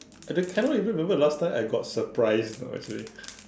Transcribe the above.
as in cannot even remember the last time I got surprise you know actually